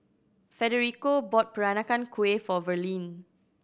Federico bought Peranakan Kueh for Verlene